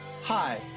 Hi